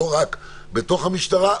לא רק בתוך המשטרה,